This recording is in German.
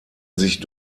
sich